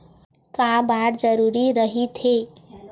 का बार जरूरी रहि थे?